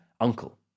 uncle